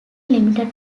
limited